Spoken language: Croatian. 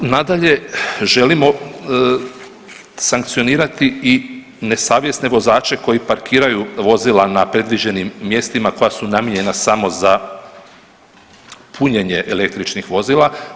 Nadalje, želimo sankcionirati i nesavjesne vozače koji parkiraju vozila na predviđenim mjestima koja su namijenjena samo za punjenje električnih vozila.